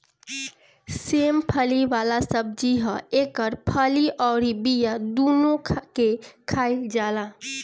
सेम फली वाला सब्जी ह एकर फली अउरी बिया दूनो के खाईल जाला